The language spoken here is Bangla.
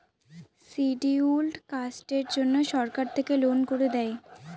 শিডিউল্ড কাস্টের জন্য সরকার থেকে লোন করে দেয়